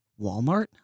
Walmart